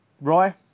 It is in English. Roy